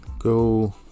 go